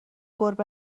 گربه